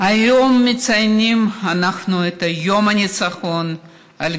היום מציינים אנחנו את יום הניצחון על